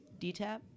DTaP